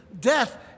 Death